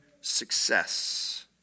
success